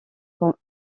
comme